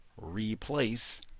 replace